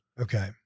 Okay